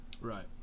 right